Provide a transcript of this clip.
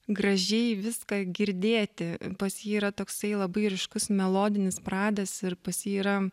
gražiai viską girdėti pas jį yra toksai labai ryškus melodinis pradas ir pas jį yra